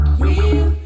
real